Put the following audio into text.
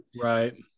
Right